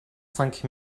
cinq